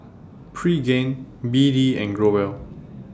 Pregain B D and Growell